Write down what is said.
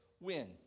win